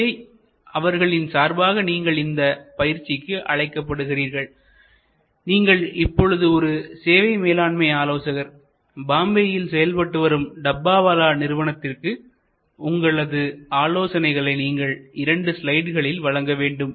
எனவே அவர்களின் சார்பாக நீங்கள் இந்த பயிற்சிக்கு அழைக்கப்படுகிறார்கள்நீங்கள் இப்பொழுது ஒரு சேவை மேலாண்மை ஆலோசகர் பாம்பேயில் செயல்பட்டுவரும் டப்பாவாலா நிறுவனத்திற்கு உங்களது ஆலோசனைகளை நீங்கள் இரண்டு ஸ்லைட்களில் வழங்க வேண்டும்